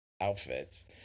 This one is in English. outfits